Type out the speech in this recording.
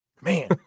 man